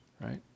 right